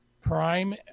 Prime